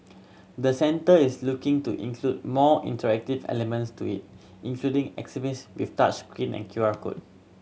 the centre is looking to include more interactive elements to it including exhibits with touch screen and Q R code